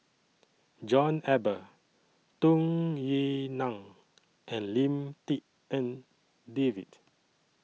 John Eber Tung Yue Nang and Lim Tik En David